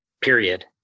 period